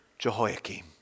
Jehoiakim